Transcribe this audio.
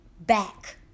back